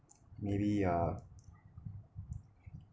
maybe uh